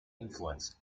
influence